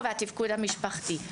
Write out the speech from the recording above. והתפקוד המשפחתי,